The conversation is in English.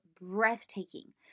breathtaking